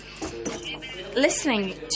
listening